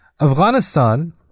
Afghanistan